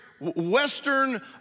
Western